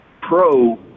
pro